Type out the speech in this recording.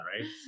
right